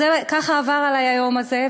ככה עבר עלי היום הזה,